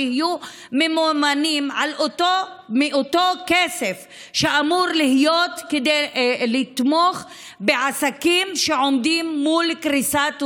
ויהיו ממומנים מאותו כסף שאמור לתמוך בעסקים שעומדים מול קריסה טוטלית.